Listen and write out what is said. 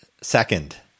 Second